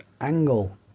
Angle